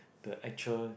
the actual